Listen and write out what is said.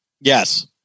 Yes